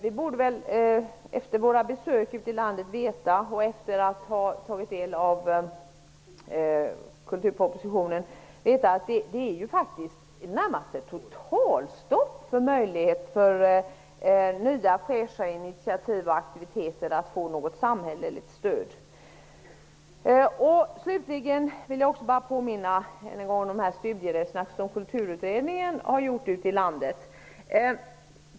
Efter de besök som vi har gjort ute i landet och efter att ha tagit del av kulturpropositionen borde vi veta att det faktiskt i det närmaste är totalstopp när det gäller möjligheterna att få samhälleligt stöd till nya fräscha initiativ och aktiviteter. Sedan vill jag än en gång påminna om de studieresor till olika ställen ute i landet som Kulturutredningen har gjort.